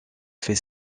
fait